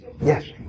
Yes